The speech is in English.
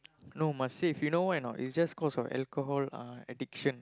no must save you know why not is just cause of alcohol addiction